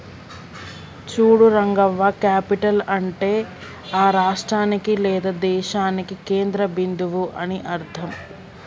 చూడు రంగవ్వ క్యాపిటల్ అంటే ఆ రాష్ట్రానికి లేదా దేశానికి కేంద్ర బిందువు అని అర్థం